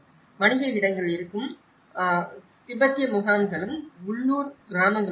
வணிக இடங்கள் இருக்கும்போது திபெத்திய முகாம்களும் உள்ளூர் கிராமங்களும் உள்ளன